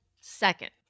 Second